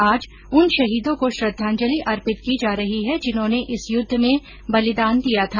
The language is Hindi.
आज उन शहीदों को श्रद्धांजलि अर्पित की जा रही है जिन्होंने इस युद्ध में बलिदान दिया था